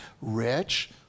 rich